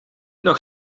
nog